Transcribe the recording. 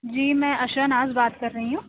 جی میں عشرہ ناز بات کر رہی ہوں